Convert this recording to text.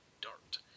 dart